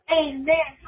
amen